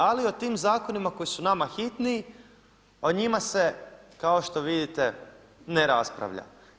Ali o tim zakonima koji su nama hitni o njima se kao što vidite ne raspravlja.